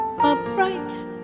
Upright